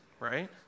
right